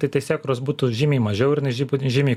tai teisėkūros būtų žymiai mažiau ir jinai žybū žymiai